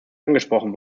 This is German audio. angesprochen